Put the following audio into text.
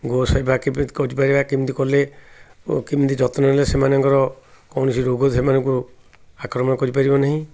ଗୋ ସେବା କେମିତି କରିପାରିବା କେମିତି କଲେ ଓ କେମିତି ଯତ୍ନ ନେଲେ ସେମାନଙ୍କର କୌଣସି ରୋଗ ସେମାନଙ୍କୁ ଆକ୍ରମଣ କରିପାରିବ ନାହିଁ